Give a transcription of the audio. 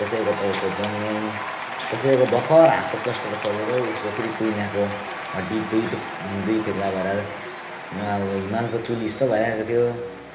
कसैको टाउको ब्वाङ्गै कसैको भर्खर हातको प्लास्टर खोलेको उसको फेरि कुहुनाको हड्डी दुई टुक्रा दुई फ्याक्ला भएर हिमालको चुलीजस्तै भइरहेको थियो